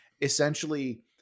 essentially